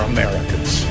Americans